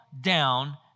down